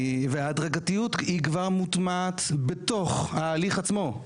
וההדרגתיות היא כבר מוטמעת בתוך ההליך עצמו.